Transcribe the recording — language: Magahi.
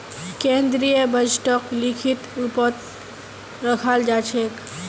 केन्द्रीय बजटक लिखित रूपतत रखाल जा छेक